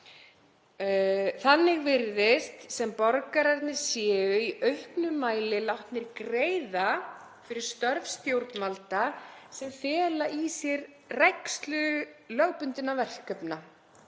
„Þannig virðist sem borgararnir séu í auknum mæli látnir greiða fyrir störf stjórnvalda sem fela í sér rækslu lögbundinna verkefna